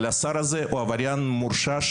אבל השר הזה הוא עבריין מורשע,